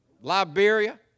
Liberia